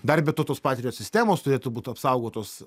dar be to tos patriot sistemos turėtų būt apsaugotos